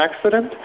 accident